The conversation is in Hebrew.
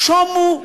שומו שמים.